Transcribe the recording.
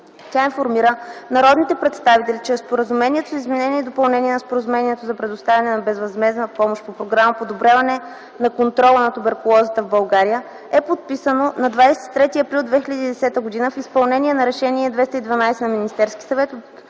Тя информира народните представители, че Споразумението за изменение и допълнение на Споразумението за предоставяне на безвъзмездна помощ по Програма „Подобряване на контрола на туберкулозата в България” е подписано на 23 април 2010 г. в изпълнение на Решение № 212 на Министерския съвет